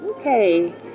Okay